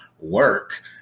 work